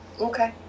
Okay